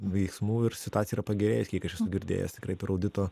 veiksmų ir situacija yra pagerėjus kiek aš esu girdėjęs tikrai per audito